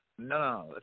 No